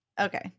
Okay